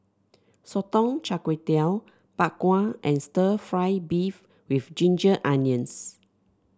Sotong Char Kway Bak Kwa and stir fry beef with Ginger Onions